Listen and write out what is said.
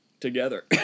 together